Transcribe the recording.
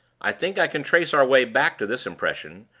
i think i can trace our way back to this impression,